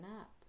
up